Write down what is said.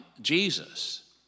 Jesus